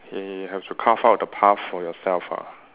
eh have to crave out a path for yourself ah